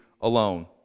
alone